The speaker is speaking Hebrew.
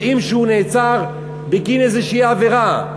יודעים שהוא נעצר בגין איזושהי עבירה,